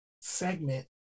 segment